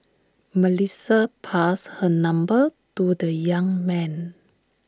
Melissa passed her number to the young man